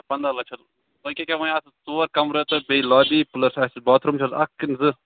پنٛداہ لچھ حظ وۅنۍ کیٛاہ کیٛاہ وۅنیٛاتھ ژور کَمرٕ تہٕ بیٚیہِ لابی پُلس آسیٚس باتھ روٗم چھُ حظ اکھ کِنہٕ زٕ